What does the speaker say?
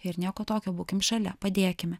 ir nieko tokio būkim šalia padėkime